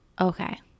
Okay